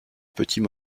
petits